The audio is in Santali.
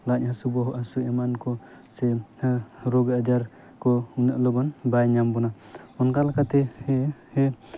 ᱞᱟᱡ ᱦᱟᱹᱥᱩ ᱵᱚᱦᱚᱜ ᱦᱟᱹᱥᱩ ᱮᱢᱟᱱ ᱠᱚᱥᱮ ᱨᱳᱜᱽ ᱟᱡᱟᱨ ᱩᱱᱟᱹᱜ ᱞᱚᱜᱚᱱ ᱵᱟᱭ ᱧᱟᱢ ᱵᱚᱱᱟ ᱚᱱᱠᱟ ᱞᱮᱠᱟ ᱦᱮᱸ